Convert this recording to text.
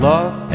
Love